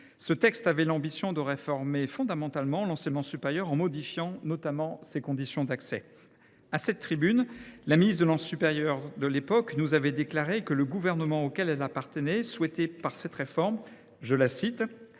ce texte était de réformer fondamentalement l’enseignement supérieur en modifiant notamment les conditions pour y accéder. À cette tribune, la ministre de l’enseignement supérieur de l’époque avait déclaré que le gouvernement auquel elle appartenait souhaitait, par cette réforme, accélérer